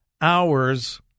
hours